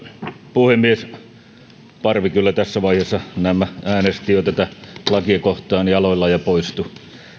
puhemies parvi tässä vaiheessa näemmä äänesti jo tätä lakia kohtaan jaloillaan ja poistui